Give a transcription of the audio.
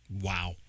Wow